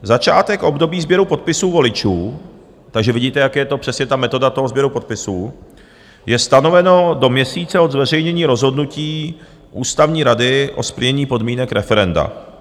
Začátek období sběru podpisů voličů takže vidíte, jaká je to přesně ta metoda sběru podpisů je stanoveno do měsíce od zveřejnění rozhodnutí Ústavní rady o splnění podmínek referenda.